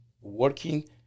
working